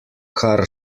kar